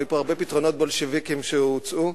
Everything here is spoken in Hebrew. היו פה פתרונות בולשביקיים שהוצאו,